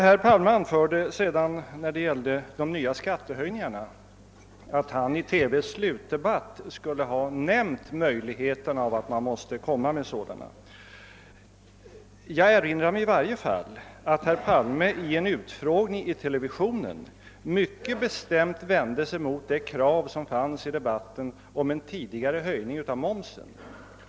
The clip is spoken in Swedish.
Herr Palme anförde när det gällde de nya skatterna att han i TV:s slutdebatt skulle ha nämnt möjligheten av att man måste föreslå sådana. Jag erinrar mig i varje fall att herr Palme i en utfrågning i televisionen mycket bestämt vände sig mot det krav som hade rests om en tidigare höjning av momsen.